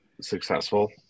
successful